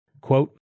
Quote